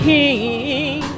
King